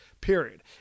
Period